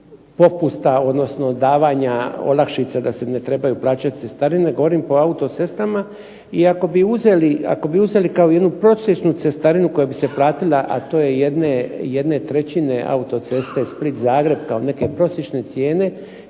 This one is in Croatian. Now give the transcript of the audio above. popusta, odnosno davanja olakšica da se ne trebaju plaćati cestarine. Govorim po autocestama i ako bi uzeli kao jednu prosječnu cestarinu koja bi se platila a to je jedne trećine autoceste Split – Zagreb kao neke prosječne cijene